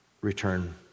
return